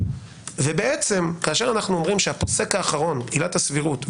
וכאשר אנו אומרים שהפוסק האחרון עילת הסבירות,